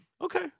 Okay